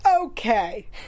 Okay